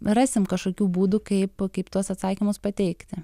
rasim kažkokių būdų kaip kaip tuos atsakymus pateikti